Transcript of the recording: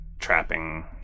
trapping